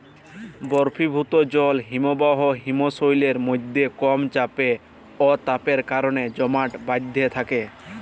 বরফিভুত জল হিমবাহ হিমশৈলের মইধ্যে কম চাপ অ তাপের কারলে জমাট বাঁইধ্যে থ্যাকে